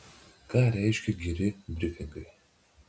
ką reiškia geri brifingai